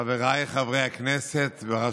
חבר הכנסת דוד